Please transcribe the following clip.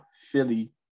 Philly